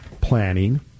planning